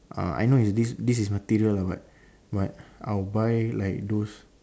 uh I know is this this is material lah but but I will buy like those